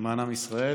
למען עם ישראל.